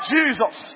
Jesus